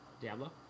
Diablo